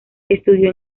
estudió